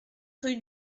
rue